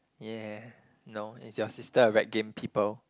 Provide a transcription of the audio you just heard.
yeah no is your sister a rec game people